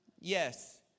Yes